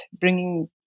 bringing